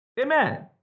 Amen